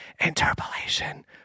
interpolation